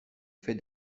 fait